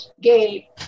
gay